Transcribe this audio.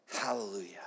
hallelujah